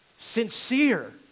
Sincere